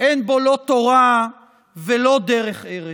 אין בו לא תורה ולא דרך ארץ.